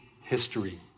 history